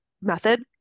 method